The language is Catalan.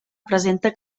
presenta